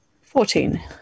Fourteen